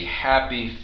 happy